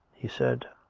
he said,